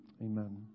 Amen